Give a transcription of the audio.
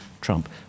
Trump